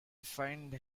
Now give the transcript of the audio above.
find